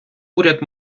уряд